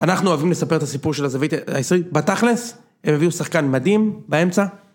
אנחנו אוהבים לספר את הסיפור של הזווית הישראלית. בתכלס, הם הביאו שחקן מדהים באמצע.